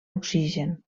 oxigen